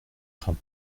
craint